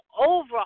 over